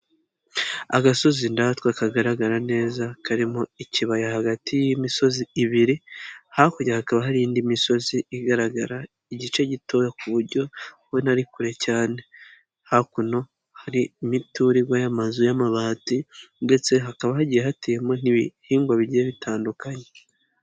Agasozi ndatwa kagaragara neza karimo ikibaya hagati y'imisozi ibiri hakurya hakaba hari indi misozi igaragara igice gitoya ku buryo ubona ari kure cyane, hakuno hari imiturirwa y'amazu y'amabati ndetse hakaba hagiye hateyemo n'ibihingwa bigiye bitandukanye.